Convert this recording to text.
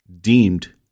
deemed